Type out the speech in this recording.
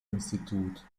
institut